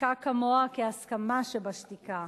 שתיקה כמוה כהסכמה שבשתיקה,